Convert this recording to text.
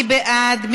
מי בעד?